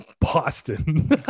Boston